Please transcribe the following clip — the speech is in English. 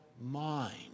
mind